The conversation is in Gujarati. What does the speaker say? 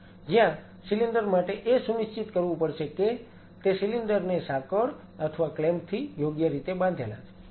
જ્યાં સિલિન્ડર માટે એ સુનિશ્ચિત કરવું પડશે કે તે સિલિન્ડર ને સાંકળ અથવા ક્લેમ્પ થી યોગ્ય રીતે બાંધેલા છે